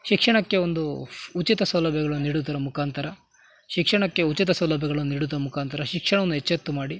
ಶಿಕ್ಷಣಕ್ಕೆ ಒಂದು ಉಚಿತ ಸೌಲಭ್ಯಗಳನ್ನು ನೀಡುವುದರ ಮುಖಾಂತರ ಶಿಕ್ಷಣಕ್ಕೆ ಉಚಿತ ಸೌಲಭ್ಯಗಳನ್ನು ನೀಡುವುದರ ಮುಖಾಂತರ ಶಿಕ್ಷಣವನ್ನು ಎಚ್ಚೆತ್ತು ಮಾಡಿ